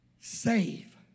save